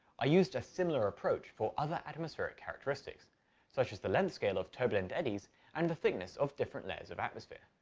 i used a similar approach for other atmospheric characteristics such as the length scale of turbulent eddies and the thickness of different layers of atmosphere.